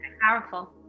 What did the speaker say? powerful